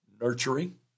nurturing